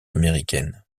américaine